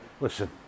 Listen